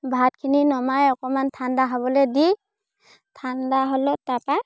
ভাতখিনি নমাই অকণমান ঠাণ্ডা হ'বলৈ দি ঠাণ্ডা হ'লত তাৰপৰা